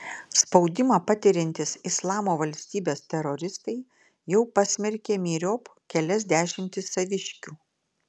spaudimą patiriantys islamo valstybės teroristai jau pasmerkė myriop kelias dešimtis saviškių